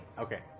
Okay